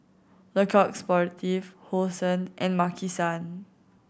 Le Coq Sportif Hosen and Maki San